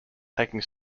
taking